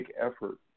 effort